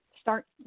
start